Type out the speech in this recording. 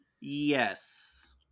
Yes